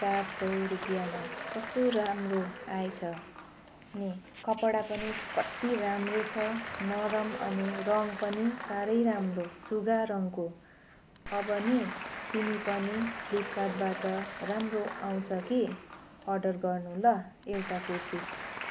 चार सय रुपियाँमा कस्तो राम्रो आएछ नि कपडा पनि कति राम्रो छ नरम अनि रङ्ग पनि साह्रै राम्रो सुगा रङ्गको अब नि तिमी पनि फ्लिपकार्टबाट राम्रो आउँछ कि अर्डर गर्नु ल एउटा कुर्ती